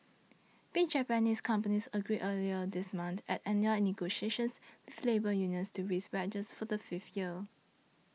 big Japanese companies agreed earlier this month at annual negotiations with labour unions to raise wages for a fifth year